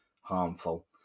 harmful